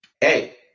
hey